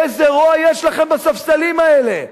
איזה רוע יש לכם, בספסלים האלה,